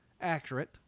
Accurate